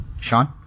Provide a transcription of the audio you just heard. Sean